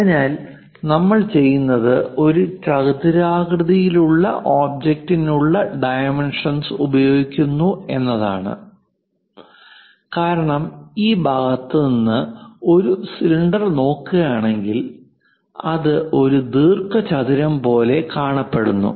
അതിനാൽ നമ്മൾ ചെയ്യുന്നത് ഒരു ചതുരാകൃതിയിലുള്ള ഒബ്ജക്റ്റിനുള്ള ഡൈമെൻഷൻസ് ഉപയോഗിക്കുന്നു എന്നതാണ് കാരണം ഈ ഭാഗത്ത് നിന്ന് ഒരു സിലിണ്ടർ നോക്കുകയാണെങ്കിൽ അത് ഒരു ദീർഘചതുരം പോലെ കാണപ്പെടുന്നു